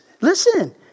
listen